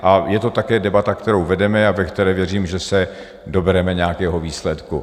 A je to také debata, kterou vedeme, a ve které věřím, že se dobereme nějakého výsledku.